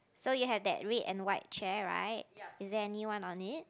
so you have that red and white chair right is there anyone on it